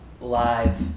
live